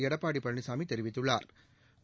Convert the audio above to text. எடப்பாடி பழனிசாமி தெரிவித்துள்ளா்